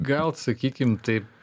gal sakykim taip